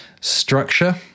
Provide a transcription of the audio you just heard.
Structure